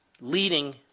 leading